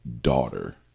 daughter